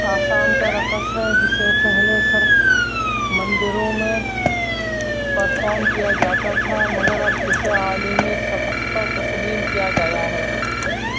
آسام کا رقص ہے جسے پہلے صرف مندروں میں پرفام کیا جاتا تھا مگر اب اسے عالمی سطح پر تسلیم کیا گیا ہے